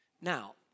Now